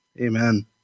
Amen